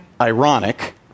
ironic